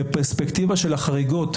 בפרספקטיבה של החריגות,